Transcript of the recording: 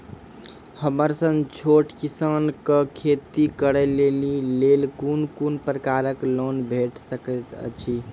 हमर सन छोट किसान कअ खेती करै लेली लेल कून कून प्रकारक लोन भेट सकैत अछि?